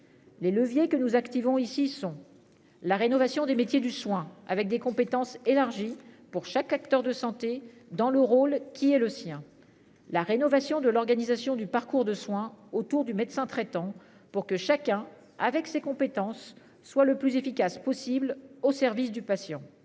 Les leviers que nous activons ici sont la rénovation des métiers du soin avec des compétences élargies pour chaque acteur de santé dans le rôle qui est le sien. La rénovation de l'organisation du parcours de soins autour du médecin traitant pour que chacun avec ses compétences soient le plus efficace possible au service du patient.